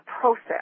process